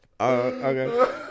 Okay